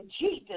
Jesus